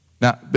Now